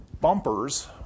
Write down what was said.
bumpers